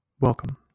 Welcome